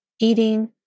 eating